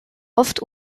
oft